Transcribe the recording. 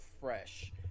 fresh